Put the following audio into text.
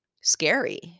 scary